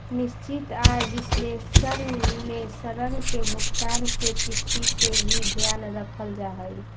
निश्चित आय विश्लेषण में ऋण के भुगतान के तिथि के भी ध्यान रखल जा हई